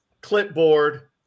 clipboard